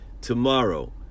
tomorrow